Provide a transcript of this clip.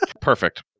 Perfect